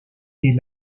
est